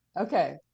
okay